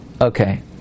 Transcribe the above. Okay